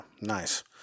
Nice